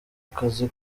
akazi